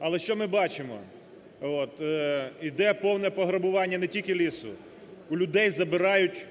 Але що ми бачимо? От, іде повне пограбування не тільки лісу, у людей забирають